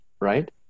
right